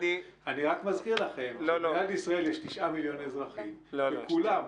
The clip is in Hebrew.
אני רק מזכיר לכם שלמדינת ישראל יש 9 מיליון אזרחים וכולם,